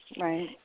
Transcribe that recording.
Right